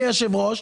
אדוני היושב-ראש,